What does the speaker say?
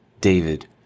David